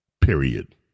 period